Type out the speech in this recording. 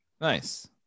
Nice